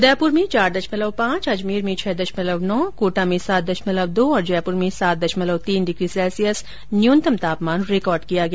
उदयपुर में चार दशमलव पांच अजमेर में छह दशमलव नौ कोटा में सात दशमलव दो और जयपुर में सात दशमलव तीन डिग्री सेल्सियस तापमान रिकॉर्ड किया गया